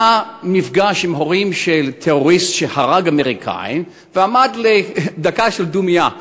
היה נפגש עם הורים של טרוריסט שהרג אמריקנים ועומד דקה דומייה לזכרם.